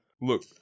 Look